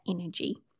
energy